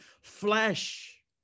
flesh